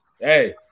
hey